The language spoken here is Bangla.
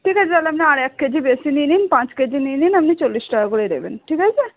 ঠিক আছে তাহলে আপনি আর এক কেজি বেশি নিয়ে নিন পাঁচ কেজি নিয়ে নিন আপনি চল্লিশ টাকা করেই দেবেন ঠিক আছে